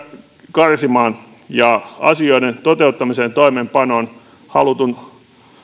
karsimaan ja asioiden toteuttamiseen ja toimeenpanoon halutun